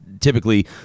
Typically